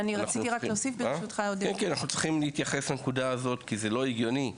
אנחנו צריכים להתייחס לנקודה הזאת כי זה לא הגיוני.